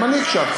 גם אני הקשבתי.